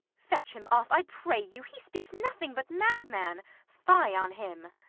fetch him off, i pray you he speaks nothing but madman fie on him!